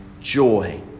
joy